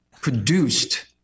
produced